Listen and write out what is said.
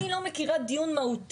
אני לא מכירה את דיון מהותי,